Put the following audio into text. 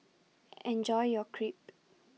Enjoy your Crepe